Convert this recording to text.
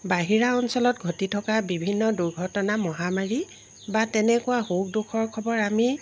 বাহিৰা অঞ্চলত ঘটি থকা বিভিন্ন দুৰ্ঘটনা মহামাৰী বা তেনেকুৱা সুখ দুখৰ খবৰ আমি